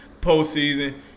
postseason